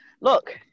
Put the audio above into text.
look